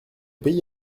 pays